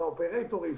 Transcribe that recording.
של האופרייטורים,